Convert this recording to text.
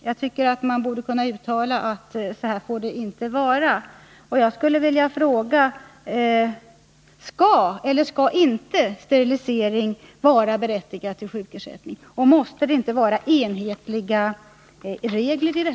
Jag tycker att hon borde kunna uttala att så här får det inte vara. Låt mig fråga: Skall man, eller skall man inte, vid sterilisering vara berättigad till ersättning? Och måste det inte finnas enhetliga regler?